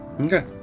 Okay